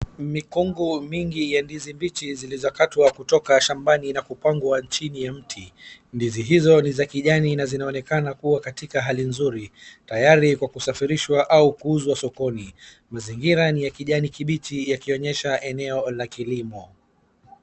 Mikungu mingi ya ndizi mbichi zilizokatwa kutoka shambani na kupangwa chini ya mti. Ndizi hizo ni za kijani na zinaonekana kuwa katika hali nzuri, tayari kwa kusafirishwa au kuuzwa sokoni. Mazingira ni ya kijani kibichi yakionyesha eneo la kilimo.